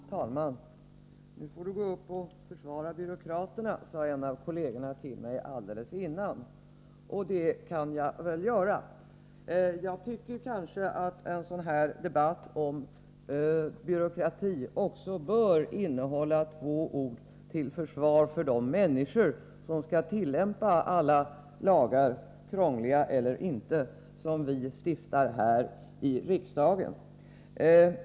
Fru talman! Nu får du gå upp och försvara byråkraterna, sade en av kollegerna till mig alldeles innan jag skulle börja mitt anförande. Och det kan jag väl göra. Jag tycker kanske att en sådan här debatt om byråkrati också bör innehålla några ord till försvar för de människor som skall tillämpa alla lagar — krångliga eller inte — som vi stiftar här i riksdagen.